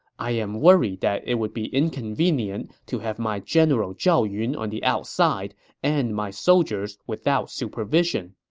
i am worried that it would be inconvenient to have my general zhao yun on the outside and my soldiers without supervision.